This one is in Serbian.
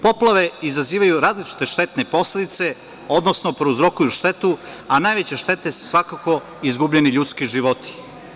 Poplave izazivaju različite štetne posledice, odnosno prouzrokuju štetu, a najveće štete su svakako izgubljeni ljudski životi.